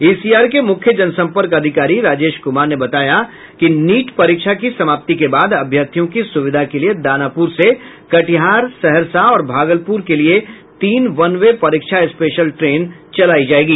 ECR के मुख्य जनसंपर्क अधिकारी राजेश कुमार ने बताया कि नीट परीक्षा की समाप्ति के बाद अभ्यर्थियों की सुविधा के लिए दानापुर से कटिहार सहरसा और भागलपुर के लिए तीन वनवे परीक्षा स्पेशल ट्रेन चलेंगी